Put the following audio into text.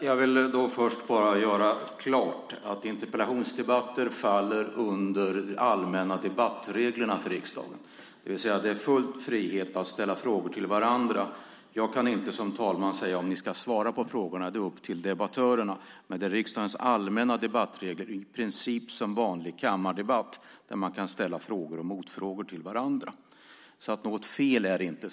Jag vill göra klart att interpellationsdebatter faller under de allmänna debattreglerna för riksdagen, det vill säga att det är full frihet att ställa frågor till varandra. Jag kan inte som talman säga om ni ska svara på frågorna. Det är upp till debattörerna. Det är riksdagens allmänna debattregler, i princip som i en vanlig kammardebatt, där man kan ställa frågor och motfrågor till varandra. Något fel är det inte.